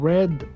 Red